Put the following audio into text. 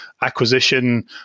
acquisition